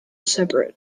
separate